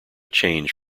change